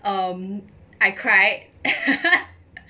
um I cried